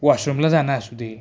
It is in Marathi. वॉशरूमला जाणं असू दे